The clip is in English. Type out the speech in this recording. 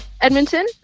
Edmonton